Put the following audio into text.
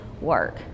work